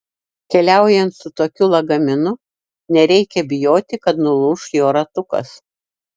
keliaujant su tokiu lagaminu nereikia bijoti kad nulūš jo ratukas